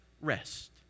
rest